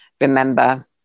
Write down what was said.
remember